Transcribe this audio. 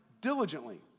diligently